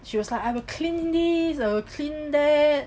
she was like I'll clean this I'll clean that